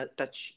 touch